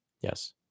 Yes